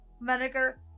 vinegar